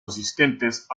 asistentes